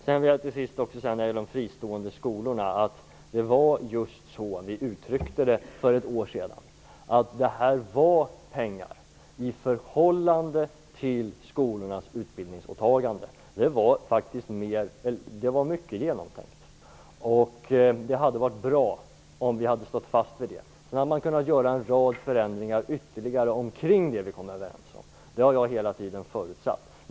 När det till sist gäller de fristående skolorna uttryckte vi för ett år sedan just att detta var pengar i förhållande till skolornas utbildningsåtaganden. Det var mycket genomtänkt. Det hade varit bra om vi hade stått fast vid det. Då hade man kunnat göra en rad ytterligare förändringar omkring det som vi kom överens om. Det har jag hela tiden förutsatt.